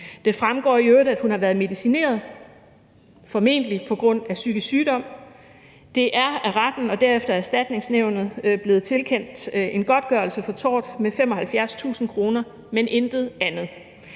Det fremgår i øvrigt, at hun har været medicineret, formentlig på grund af psykisk sygdom. Der er af retten og derefter Erstatningsnævnet blevet tilkendt en godtgørelse for tort på 75.000 kr., men intet andet.